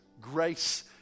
grace